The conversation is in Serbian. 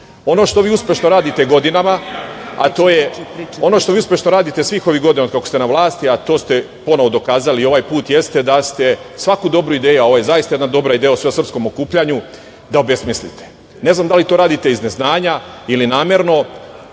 koji žive van matice Republike Srbije. Ono što vi uspešno radite godinama, od kako ste na vlasti i to ste ponovo dokazali i ovaj puta jeste da ste svaku dobru ideju, a ovo je zaista jedna dobra ideja o svesrpskom okupljanju, da obesmislite. Ne znam da li to radite iz neznanja ili namerno,